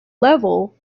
level